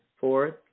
fourth